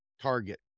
target